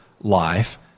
life